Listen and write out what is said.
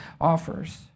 offers